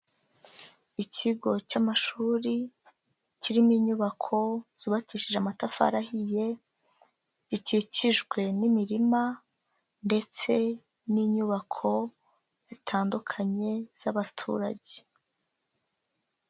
Ikigo cy'amashuri kirimo inyubako zubakishije amatafari ahiye, gikikijwe n'imirima ndetse n'inyubako zitandukanye z'abaturage.